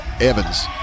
Evans